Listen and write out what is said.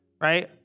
right